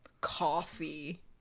coffee